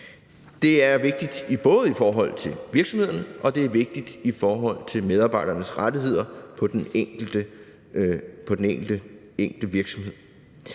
det er vigtigt i forhold til medarbejdernes rettigheder på den enkelte virksomhed.